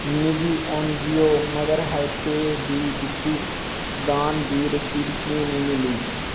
मिगी N G O Mother HelpAge गी दित्ती दान दी रसीद की नेईं मिली